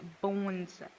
bones